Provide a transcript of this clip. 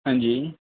हांजी